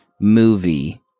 movie